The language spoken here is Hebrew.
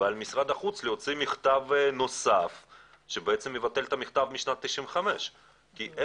ועל משרד החוץ להוציא מכתב נוסף שמבטל את המכתב משנת 95'. כי,